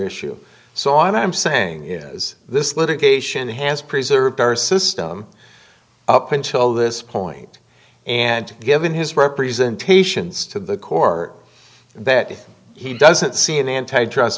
issue so i'm saying is this litigation has preserved our system up until this point and given his representations to the corps that if he doesn't see the antitrust